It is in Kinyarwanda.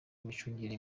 imicungire